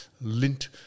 lint